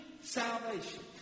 salvation